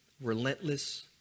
Relentless